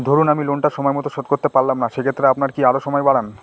ধরুন আমি লোনটা সময় মত শোধ করতে পারলাম না সেক্ষেত্রে আপনার কি আরো সময় বাড়ান?